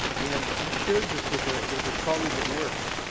and i shared this with ah with a colleague at work,